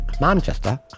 Manchester